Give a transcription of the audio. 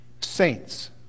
saints